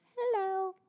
hello